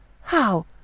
How